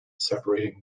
separating